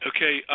Okay